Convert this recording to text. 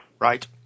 Right